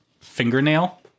fingernail